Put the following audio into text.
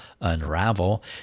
unravel